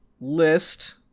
list